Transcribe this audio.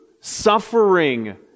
suffering